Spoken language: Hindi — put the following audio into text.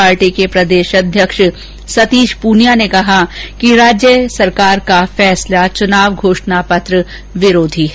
पार्टी के प्रदेश अध्यक्ष सतीश प्रनिया ने कहा कि राज्य सरकार का फैसला चुनाव घोषणा पत्र विरोधी है